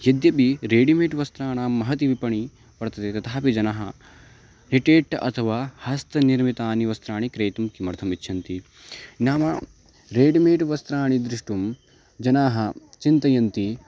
यद्यपि रेडिमेड् वस्त्राणां महती विपणिः वर्तते तथापि जनाः एतत् अथवा हस्तनिर्मितानि वस्त्राणि क्रेतुं किमर्थमिच्छन्ति नाम रेडिमेड् वस्त्राणि द्रष्टुं जनाः चिन्तयन्ति